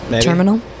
Terminal